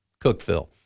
Cookville